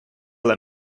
let